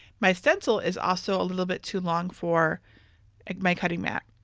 my stencil is also a little bit too long for my cutting mat,